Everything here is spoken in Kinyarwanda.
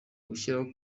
gushyiraho